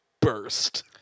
burst